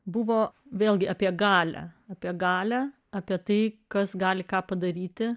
buvo vėlgi apie galią apie galią apie tai kas gali ką padaryti